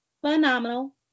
phenomenal